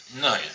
no